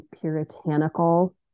puritanical